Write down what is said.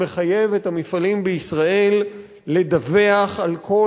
שמחייב את המפעלים בישראל לדווח על כל